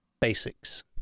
basics